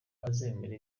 azemera